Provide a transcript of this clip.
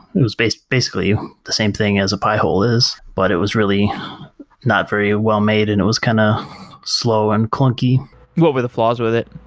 it was basically the same thing as a pi-hole is, but it was really not very well-made and it was kind of slow and clunky what were the flaws with it?